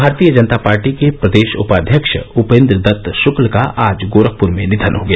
भारतीय जनता पार्टी के प्रदेश उपाध्यक्ष उपेन्द्र दत्त शक्ल का आज गोरखपुर जिले में निधन हो गया